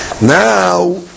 Now